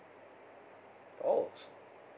oh